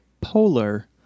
polar